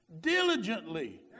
diligently